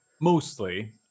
Mostly